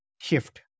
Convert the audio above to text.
shift